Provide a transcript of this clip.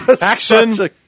Action